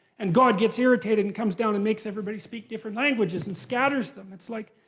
and god gets irritated and comes down and makes everybody speak different languages and scatters them. it's like,